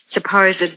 supposed